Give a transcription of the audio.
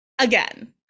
again